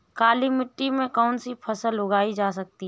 काली मिट्टी में कौनसी फसलें उगाई जा सकती हैं?